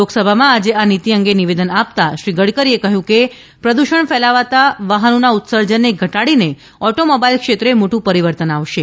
લોકસભામાં આજે આ નીતિ અંગે નિવેદન આપતાં શ્રી ગડકરીએ જણાવ્યું કે તે પ્રદૂષણ ફેલાવતા વાહનોના ઉત્સર્જનને ઘટાડીને ઓટોમોબાઈલ ક્ષેત્રે મોટું પરિવર્તન આવશે